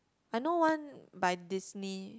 I know one by Disney